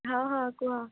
ହଁ ହଁ କୁହ